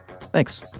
thanks